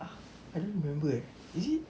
ah I don't remember eh is it